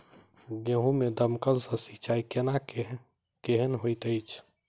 गेंहूँ मे दमकल सँ सिंचाई केनाइ केहन होइत अछि?